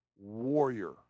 warrior